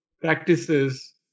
practices